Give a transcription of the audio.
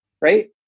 right